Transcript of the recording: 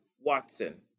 Watson